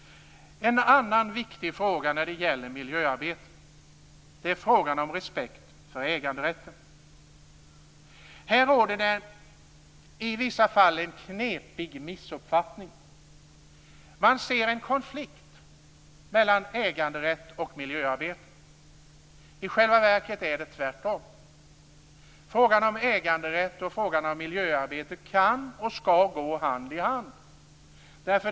En annan viktig fråga när det gäller miljöarbete är frågan om respekt för äganderätten. Här råder det i vissa fall en knepig missuppfattning. Man ser en konflikt mellan äganderätt och miljöarbete. I själva verket är det tvärtom. Frågan om äganderätt och frågan om miljöarbete kan och skall gå hand i hand.